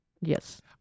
Yes